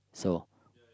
so